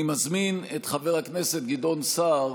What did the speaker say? אני מזמין את חבר הכנסת גדעון סער